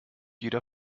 jeder